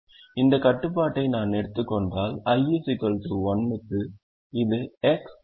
இந்த கட்டுப்பாட்டை நான் எடுத்துக் கொண்டால் i 1 க்கு இது X11 X12 X13 1 ஆக இருக்கும்